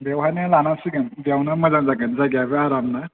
बेवहायनो लानांसिगोन बेयावनो मोजां जागोन जायगायाबो आराम ना